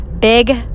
big